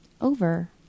Over